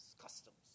customs